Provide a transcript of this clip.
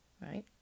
right